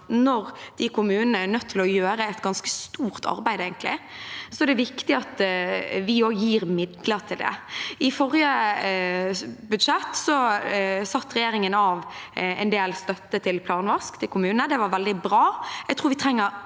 er de kommunene nødt til å gjøre et ganske stort arbeid, og det er viktig at vi også gir midler til det. I forrige budsjett satte regjeringen av en del støtte til planvask i kommunene. Det var veldig bra.